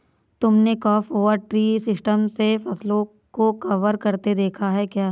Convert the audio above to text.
तुमने crop over tree system से फसलों को कवर करते देखा है क्या?